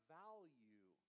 value